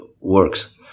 works